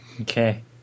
Okay